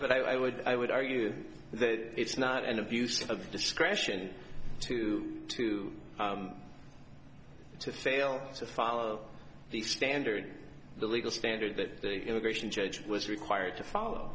but i would i would argue that it's not an abuse of discretion to to to fail to follow the standard the legal standard that the immigration judge was required to follow